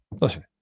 listen